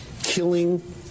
killing